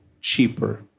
cheaper